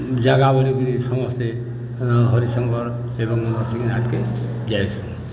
ଜାଗା ବୋଲିିକି ସମସ୍ତେ ହରିଶଙ୍କର ଏବଂ ନୃସିଂହ ଯାଏସୁ